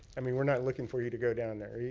i mean, we're not looking for you to go down there. yeah